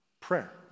prayer